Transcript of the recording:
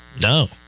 No